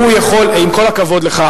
עם כל הכבוד לך,